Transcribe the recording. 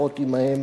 בשיחות עמם.